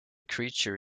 creature